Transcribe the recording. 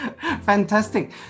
Fantastic